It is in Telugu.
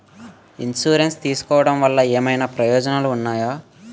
ఇన్సురెన్స్ తీసుకోవటం వల్ల ఏమైనా ప్రయోజనాలు ఉన్నాయా?